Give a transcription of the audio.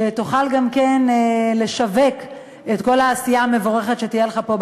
שתוכל גם לשווק את כל העשייה המבורכת שתהיה לך פה,